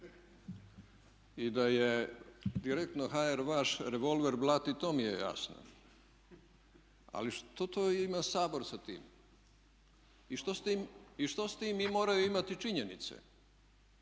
i da je direktno HR vaš revolver blatt i to mi je jasno ali što to ima Sabor sa time i što s tim moraju imati i činjenice?